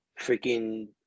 freaking